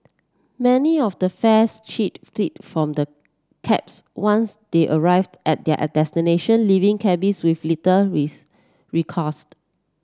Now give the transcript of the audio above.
many of the fare cheat flee from the cabs once they arrive at their destination leaving cabbies with little